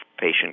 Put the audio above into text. patient